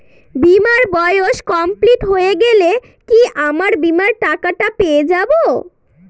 বীমার বয়স কমপ্লিট হয়ে গেলে কি আমার বীমার টাকা টা পেয়ে যাবো?